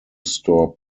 store